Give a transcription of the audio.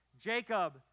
Jacob